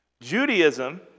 Judaism